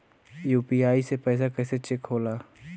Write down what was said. UPI से पैसा कैसे चेक होला?